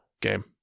game